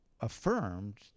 affirmed